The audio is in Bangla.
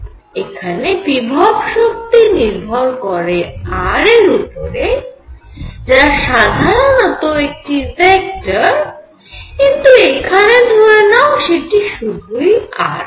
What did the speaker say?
এখানে বিভব শক্তি নির্ভর করে r এর উপরে যা সাধারণত একটি ভেক্টর কিন্তু এখানে ধরে নাও সেটি সুধুই r